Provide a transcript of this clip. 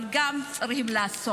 אבל צריך גם לעשות,